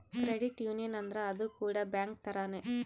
credit union ಅಂದ್ರ ಅದು ಕೂಡ ಬ್ಯಾಂಕ್ ತರಾನೇ